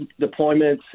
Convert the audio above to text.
deployments